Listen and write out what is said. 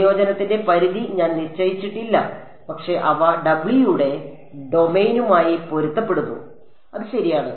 സംയോജനത്തിന്റെ പരിധി ഞാൻ നിശ്ചയിച്ചിട്ടില്ല പക്ഷേ അവ w യുടെ ഡൊമെയ്നുമായി പൊരുത്തപ്പെടുന്നു അത് ശരിയാണ്